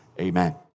amen